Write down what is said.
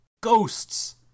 Ghosts